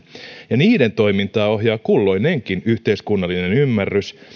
ja niiden toimintaa ohjaa kulloinenkin yhteiskunnallinen ymmärrys